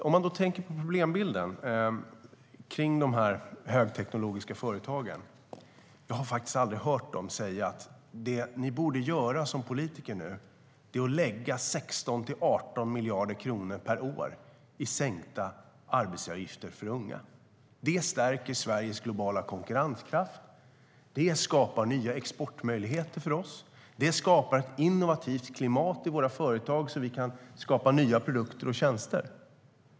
Man kan då tänka på problembilden kring de högteknologiska företagen. Jag har faktiskt aldrig hört dem säga: Det ni borde göra som politiker nu är att lägga 16-18 miljarder kronor per år på sänkta arbetsgivaravgifter för unga. Det stärker Sveriges globala konkurrenskraft. Det skapar nya exportmöjligheter för oss. Det skapar ett innovativt klimat i våra företag, så att vi kan skapa nya produkter och tjänster.